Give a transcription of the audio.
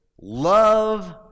love